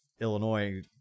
Illinois